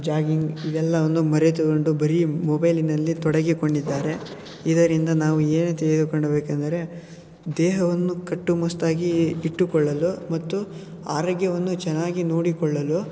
jogging ಇವೆಲ್ಲವನ್ನು ಮರೆತುಕೊಂಡು ಬರೇ ಮೊಬೈಲಿನಲ್ಲಿ ತೊಡಗಿಕೊಂಡಿದ್ದಾರೆ ಇದರಿಂದ ನಾವು ಏನೇ ತೆಗೆದುಕೊಳ್ಳಬೇಕೆಂದರೆ ದೇಹವನ್ನು ಕಟ್ಟುಮಸ್ತಾಗಿ ಇಟ್ಟುಕೊಳ್ಳಲು ಮತ್ತು ಆರೋಗ್ಯವನ್ನು ಚೆನ್ನಾಗಿ ನೋಡಿಕೊಳ್ಳಲು